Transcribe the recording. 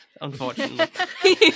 unfortunately